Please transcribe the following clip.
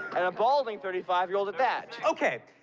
and a balding thirty five year old at that. okay,